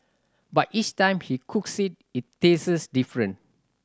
but each time he cooks it it tastes different